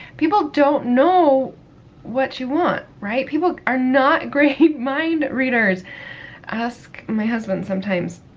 people don't know what you want, right? people are not great mind-readers. ask my husband sometimes.